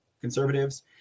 conservatives